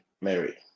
Mary